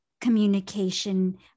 communication